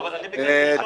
אבל אני ביקשתי ראשון.